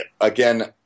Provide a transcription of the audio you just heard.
again